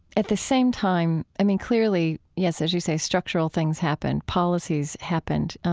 at the same time i mean clearly, yes, as you say, structural things happened, policies happened.